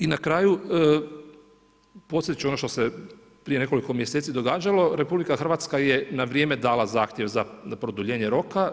I na kraju … ono što se prije nekoliko mjeseci događalo, RH je na vrijeme dala zahtjev za produljenje roka,